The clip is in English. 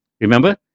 Remember